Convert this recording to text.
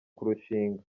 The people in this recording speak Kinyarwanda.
kurushinga